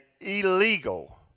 illegal